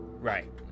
right